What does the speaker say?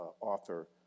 author